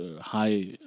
high